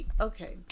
okay